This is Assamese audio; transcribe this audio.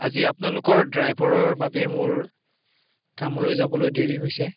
আজি আপোনালোকৰ ড্ৰাইভৰৰ বাবেই মোৰ কামলৈ যাবলৈ দেৰি হৈছে